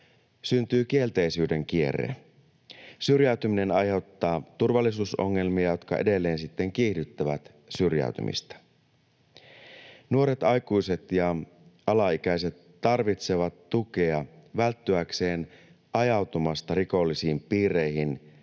syntyy kielteisyyden kierre. Syrjäytyminen aiheuttaa turvallisuusongelmia, jotka edelleen sitten kiihdyttävät syrjäytymistä. Nuoret aikuiset ja alaikäiset tarvitsevat tukea välttyäkseen ajautumasta rikollisiin piireihin